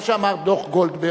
מה שאמר דוח-גולדברג,